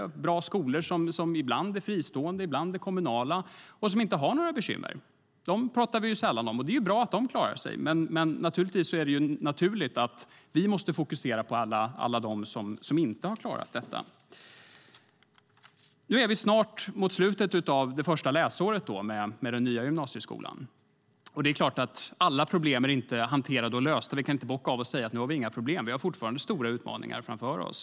Det är bra skolor som kan vara fristående eller kommunala och som inte har några bekymmer. Dem pratar vi sällan om. Det är bra att de klarar sig. Men det är ju naturligt att vi måste fokusera på alla dem som inte klarar sig. Vi är nu i slutet av det första läsåret med den nya gymnasieskolan. Alla problem är naturligtvis inte lösta. Vi kan inte bocka av dem och säga att vi inte har några problem. Vi har fortfarande stora utmaningar framför oss.